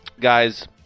Guys